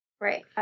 Right